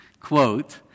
quote